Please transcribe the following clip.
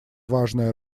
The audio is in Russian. важная